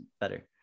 better